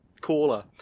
caller